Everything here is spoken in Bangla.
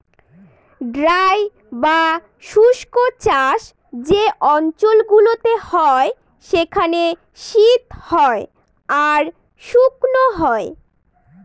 ড্রাই বা শুস্ক চাষ যে অঞ্চল গুলোতে হয় সেখানে শীত হয় আর শুকনো হয়